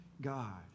God